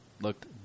looked